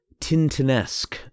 Tintinesque